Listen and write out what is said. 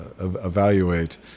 evaluate